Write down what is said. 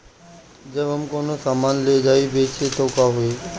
जब हम कौनो सामान ले जाई बेचे त का होही?